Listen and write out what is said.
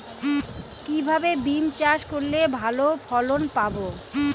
কিভাবে বিম চাষ করলে ভালো ফলন পাব?